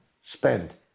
spend